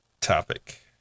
topic